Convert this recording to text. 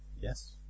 Yes